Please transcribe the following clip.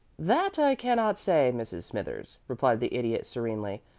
that i cannot say, mrs. smithers, replied the idiot, serenely,